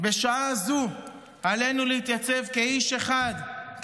בשעה זאת עלינו להתייצב כאיש אחד,